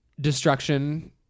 destruction